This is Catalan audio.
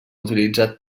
utilitzat